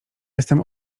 jestem